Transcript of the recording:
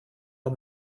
uhr